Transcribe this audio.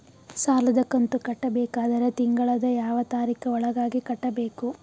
ಸಾಲದ ಕಂತು ಕಟ್ಟಬೇಕಾದರ ತಿಂಗಳದ ಯಾವ ತಾರೀಖ ಒಳಗಾಗಿ ಕಟ್ಟಬೇಕು?